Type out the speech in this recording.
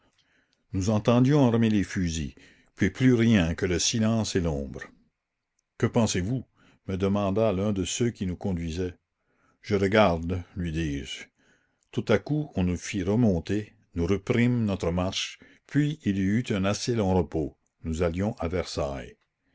nous entendions armer les fusils puis plus rien que le silence et l'ombre que pensez-vous me demanda l'un de ceux qui nous conduisaient je regarde lui dis-je la commune tout à coup on nous fit remonter nous reprîmes notre marche puis il y eut un assez long repos nous allions à versailles